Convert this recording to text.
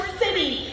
city